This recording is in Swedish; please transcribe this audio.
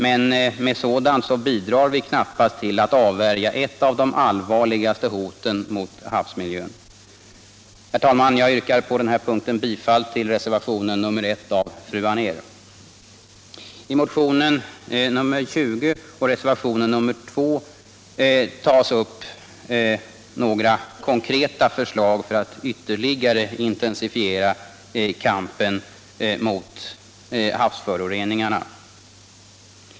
Men med sådant bidrar vi knappast till att avvärja ett av de allvarligaste hoten mot havsmiljön. Herr talman! Jag yrkar på den här punkten bifall till reservationen I av fru Anér. I motionen 20 och reservationen 2 tas upp några konkreta förslag för att ytterligare intensifiera kampen mot havsföroreningarna.